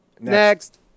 Next